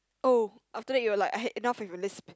oh after that you were like I had enough of your lisp